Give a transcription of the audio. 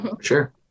Sure